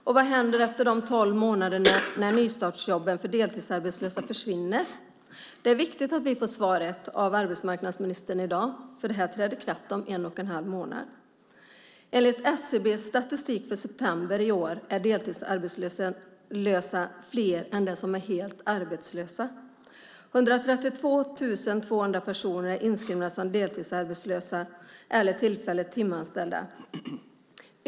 Och vad händer efter de tolv månaderna när nystartsjobben för deltidsarbetslösa försvinner? Det är viktigt att vi får svar av arbetsmarknadsministern i dag, för detta träder i kraft om en och en halv månad. Enligt SCB:s statistik för september i år är de deltidsarbetslösa fler än de som är helt arbetslösa. 132 200 personer är inskrivna som deltidsarbetslösa eller tillfälligt timanställda.